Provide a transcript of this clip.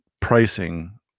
pricing